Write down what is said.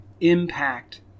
impact